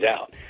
out